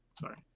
Sorry